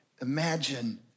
Imagine